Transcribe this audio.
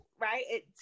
right